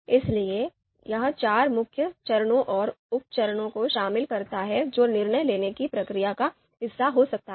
इसलिए यह चार मुख्य चरणों और उप चरणों को शामिल करता है जो निर्णय लेने की प्रक्रिया का हिस्सा हो सकता है